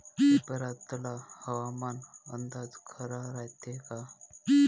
पेपरातला हवामान अंदाज खरा रायते का?